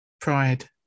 Pride